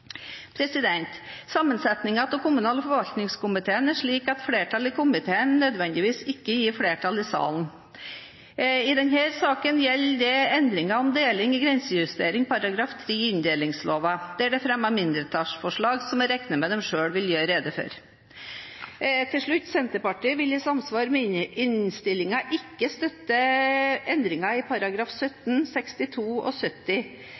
av kommunal- og forvaltningskomiteen er slik at flertall i komiteen ikke nødvendigvis gir flertall i salen. I denne saken gjelder det endringene om deling og grensejustering i § 3 i inndelingsloven, der det er fremmet et mindretallsforslag, som jeg regner med at de selv vil gjøre rede for. Til slutt: Senterpartiet vil i samsvar med innstillingen ikke støtte endringer i inndelingsloven § 17 og kommuneloven §§ 62 og 70.